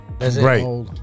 Right